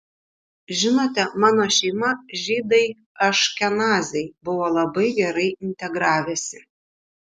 žinote mano šeima žydai aškenaziai buvo labai gerai integravęsi